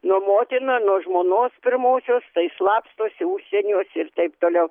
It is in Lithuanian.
nuo motina nuo žmonos pirmosios tai slapstosi užsieniuose ir taip toliau